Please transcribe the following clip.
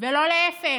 ולא להפך.